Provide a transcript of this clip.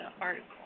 article